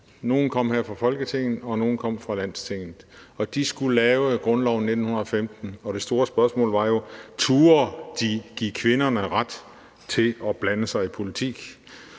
Nogle kom her fra Folketinget og andre kom fra Landstinget, og de skulle lave grundloven 1915, og det store spørgsmål var jo: Turde de give kvinderne ret til at blande sig i politik?